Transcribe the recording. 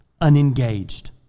unengaged